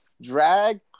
drag